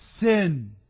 sin